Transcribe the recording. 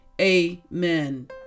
Amen